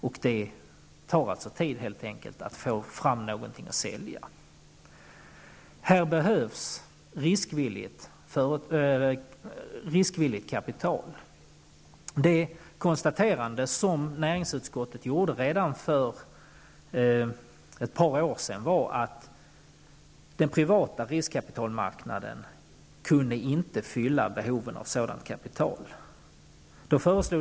Det tar helt enkelt tid innan man får fram någonting som kan säljas. Här behövs det riskvilligt kapital. Redan för ett par år sedan konstaterades det i näringsutskottet att den privata riskkapitalmarknaden inte kunde tillgodose behoven av sådant kapital.